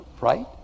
right